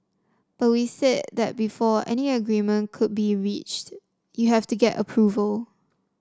but we said that before any agreement could be reached you have to get approval